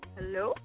Hello